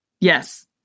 Yes